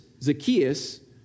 Zacchaeus